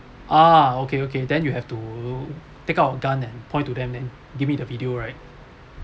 ah okay okay then you have to take out a gun eh point to them then give me the video right